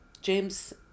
James